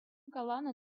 каланӑ